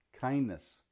kindness